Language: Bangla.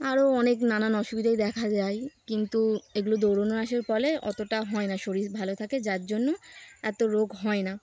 আরও অনেক নানান অসুবিধাই দেখা যায় কিন্তু এগুলো দৌড়ুনো আসার ফলে অতটা হয় না শরীর ভালো থাকে যার জন্য এত রোগ হয় না